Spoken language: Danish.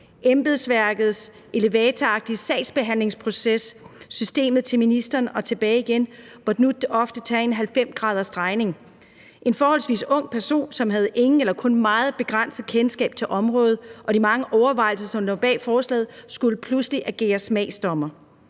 Embedsværkets elevatoragtige sagsbehandlingsproces, systemet til ministeren og tilbage igen, måtte ofte tage en 90-gradersdrejning. En forholdsvis ung person, som havde ingen eller kun meget begrænset kendskab til området og de mange overvejelser, som lå bag forslaget, skulle pludselig agere smagsdommer.